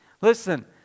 Listen